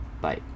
bye